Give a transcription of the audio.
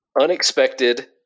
unexpected